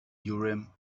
urim